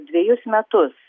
dvejus metus